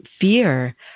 fear